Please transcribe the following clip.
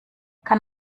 kann